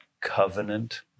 covenant